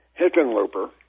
Hickenlooper